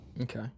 Okay